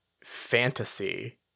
fantasy